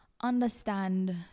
understand